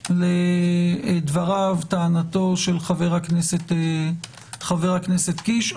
המשטרה לדבריו וטענתו של חבר הכנסת קיש,